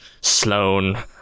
Sloane